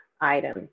item